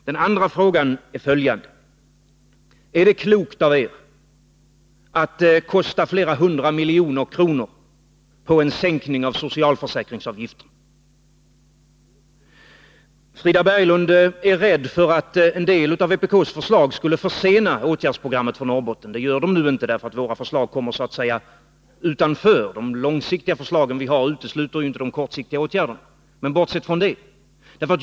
Den andra frågan är: Är det klokt av er att lägga ner flera hundra miljoner kronor på en sänkning av socialförsäkringsavgifterna? Frida Berglund är rädd för att en del av vpk:s förslag skulle försena åtgärdsprogrammet för Norrbotten. Det gör de inte, eftersom våra förslag så att säga ligger utanför. De långsiktiga förslag vi har utesluter inte de kortsiktiga åtgärderna.